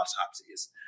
autopsies